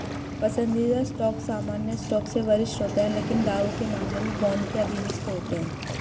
पसंदीदा स्टॉक सामान्य स्टॉक से वरिष्ठ होते हैं लेकिन दावों के मामले में बॉन्ड के अधीनस्थ होते हैं